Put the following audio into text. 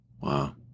Wow